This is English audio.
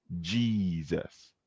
Jesus